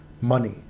money